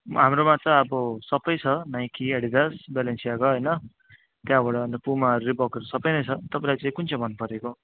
हाम्रोमा त अब सबै छ नाइकी एडिडास ब्यालेन्सियाको होइन त्यहाँबाट अन्त पुमा रिबक्स सबै छ तपाईँलाई चाहिँ कुन चाहिँ मन परेको